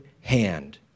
hand